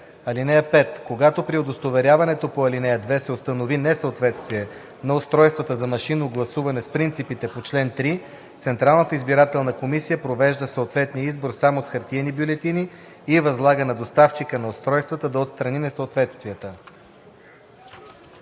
ал. 5: “(5) Когато при удостоверяването по ал. 2 се установи несъответствие на устройствата за машинно гласуване с принципите по чл. 3, Централната избирателна комисия провежда съответния избор само с хартиени бюлетини и възлага на доставчика на устройствата да отстрани несъответствията.”